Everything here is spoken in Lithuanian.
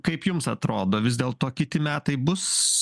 kaip jums atrodo vis dėlto kiti metai bus